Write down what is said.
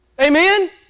Amen